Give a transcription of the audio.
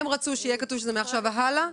הם רצו שיהיה כתוב שזה מעכשיו והלאה,